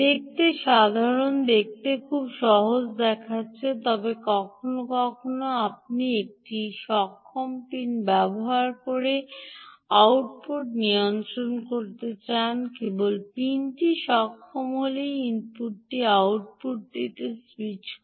দেখতে সাধারণ দেখতে খুব সহজ দেখাচ্ছে তবে কখনও কখনও আপনি একটি সক্ষম পিন ব্যবহার করে আউটপুট নিয়ন্ত্রণ করতে চান কেবল পিনটি সক্ষম করলেই ইনপুটটি আউটপুটটিতে স্যুইচ করে